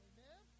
Amen